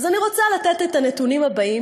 אז אני רוצה לתת את הנתונים הבאים,